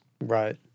Right